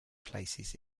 places